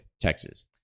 Texas